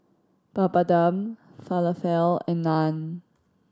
Papadum Falafel and Naan